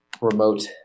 remote